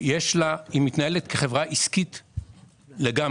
מתנהלת כחברה עסקית לגמרי.